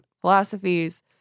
philosophies